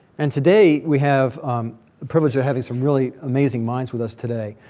and today, we have the privilege of having some really amazing minds with us today.